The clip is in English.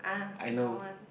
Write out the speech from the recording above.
I know